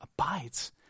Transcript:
abides